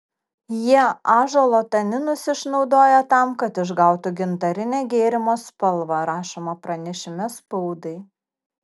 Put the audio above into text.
jie ąžuolo taninus išnaudoja tam kad išgautų gintarinę gėrimo spalvą rašoma pranešime spaudai